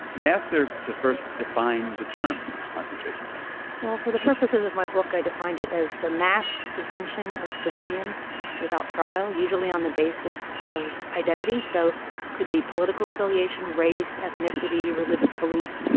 and i asked her to first define the term concentration camp well, for the purposes of my book, i defined it as the mass detention of civilians without trial usually on the basis of identity, so could be political affiliation, race, ethnicity, religious belief.